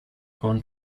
con